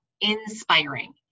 inspiring